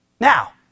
Now